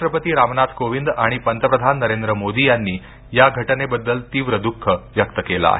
राष्ट्रपती रामनाथ कोविंद आणि पंतप्रधान नरेंद्र मोदी यांनी या घटनेबद्दल तीव्र द्ख व्यक्त केलं आहे